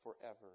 forever